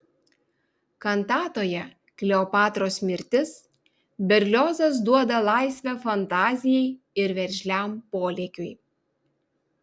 kantatoje kleopatros mirtis berliozas duoda laisvę fantazijai ir veržliam polėkiui